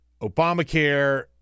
Obamacare